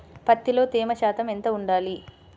పత్తిలో తేమ శాతం ఎంత ఉండాలి?